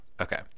Okay